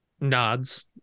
nods